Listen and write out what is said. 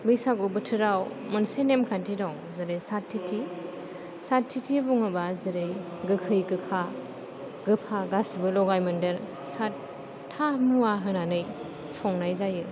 बैसागु बोथोराव मोनसे नेमखान्थि दं जेरै साथिथि साथिथि बुङोबा जेरै गोखै गोखा गोफा गासिबो लगाय मोनदेर साथ्था मुवा होनानै संनाय जायो